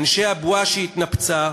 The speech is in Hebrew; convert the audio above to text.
אנשי הבועה שהתנפצה: